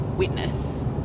witness